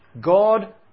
God